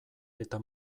eta